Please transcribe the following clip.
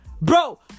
Bro